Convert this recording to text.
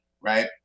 right